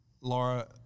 Laura